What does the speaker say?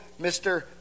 Mr